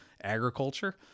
agriculture